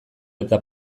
eta